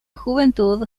juventud